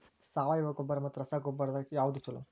ಸಾವಯವ ಗೊಬ್ಬರ ಮತ್ತ ರಸಗೊಬ್ಬರದಾಗ ಯಾವದು ಛಲೋ?